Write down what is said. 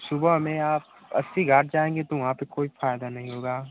सुबह में आप अस्सी घाट जाएँगे तो वहाँ पर कोई फायदा नहीं होगा